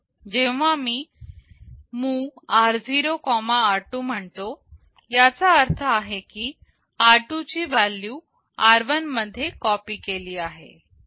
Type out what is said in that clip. जेव्हा मी MOV r0r2 म्हणतो याचा अर्थ आहे की r2 ची व्हॅल्यू r1 मध्ये कॉपी केली आहे